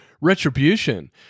retribution